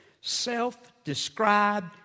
self-described